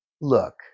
look